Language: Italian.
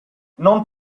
non